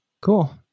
Cool